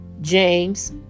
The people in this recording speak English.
James